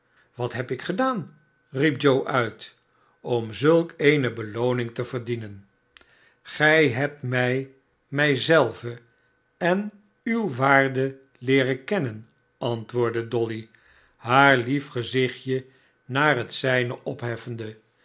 wat heb ik gedaan riep joe uit om zulk eene belooning te verdienen gij hebt mij mij zelve en uwe waanfe leeren kennen antwoordde dolly haar lief gezichtje naar het zijne opheffende